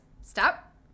Stop